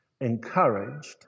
encouraged